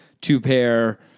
two-pair